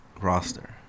roster